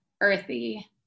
earthy